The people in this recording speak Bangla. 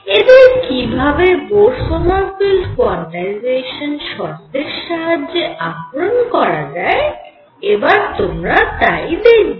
এদের কি ভাবে বোর সমারফেল্ড কোয়ান্টাইজেশান শর্তের সাহায্যে আহরণ করা যায় এবার তোমরা তাই দেখবে